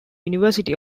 university